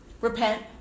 repent